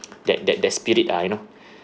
that that that spirit ah you know